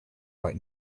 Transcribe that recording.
right